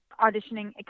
auditioning